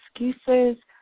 excuses